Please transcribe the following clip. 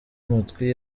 amatwi